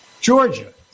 Georgia